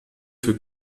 für